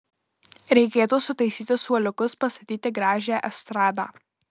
reikėtų sutaisyti suoliukus pastatyti gražią estradą